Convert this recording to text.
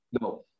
no